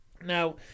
Now